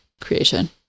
creation